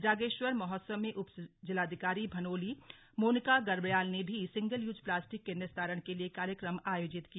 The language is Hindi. जागेश्वर महोत्सव में उपजिलाधिकारी भनोली मोनिका गर्ब्याल ने भी सिंगल यूज प्लास्टिक के निस्तारण के लिए कार्यक्रम आयोजित किया